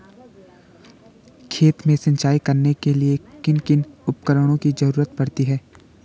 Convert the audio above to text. खेत में सिंचाई करने के लिए किन किन उपकरणों की जरूरत पड़ती है?